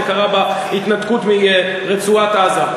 זה קרה בהתנתקות מרצועת-עזה,